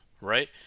right